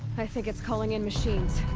i think it's calling in machines!